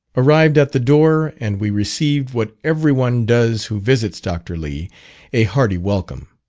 arrived at the door, and we received what every one does who visits dr. lee a hearty welcome.